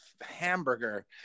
hamburger